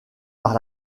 par